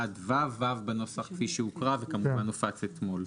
עד (ו), (ו) בנוסח כפי שהוקרא וכמובן הופץ אתמול.